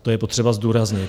To je potřeba zdůraznit.